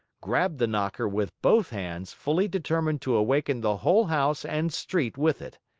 grabbed the knocker with both hands, fully determined to awaken the whole house and street with it.